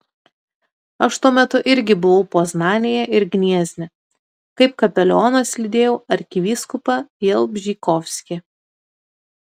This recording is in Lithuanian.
aš tuo metu irgi buvau poznanėje ir gniezne kaip kapelionas lydėjau arkivyskupą jalbžykovskį